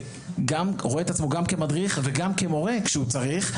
מורה שרואה את עצמו גם כמדריך וגם כמורה כשהוא צריך.